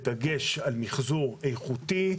בדגש על מחזור איכותי,